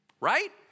right